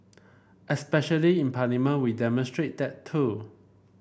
especially in Parliament we demonstrate that too